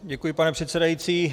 Děkuji, pane předsedající.